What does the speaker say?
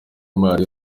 impano